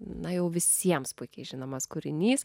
na jau visiems puikiai žinomas kūrinys